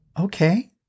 Okay